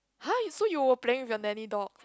!huh! you so you were playing with your nanny dog